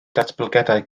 datblygiadau